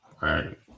right